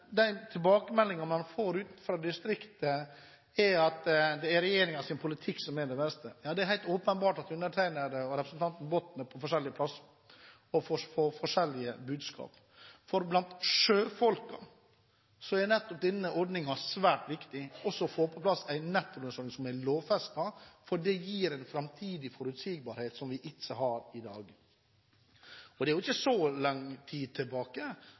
den tilbakemeldingen man får fra distriktet, er at det er regjeringens politikk som er den beste. Det er helt åpenbart at representanten Botten og jeg er på forskjellige steder og får forskjellige budskap. Blant sjøfolkene er nettopp denne ordningen svært viktig, og også det å få på plass en lovfestet nettolønnsordning, for det gir en framtidig forutsigbarhet som vi ikke har i dag. Og det er jo ikke så